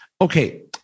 Okay